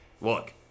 look